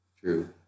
True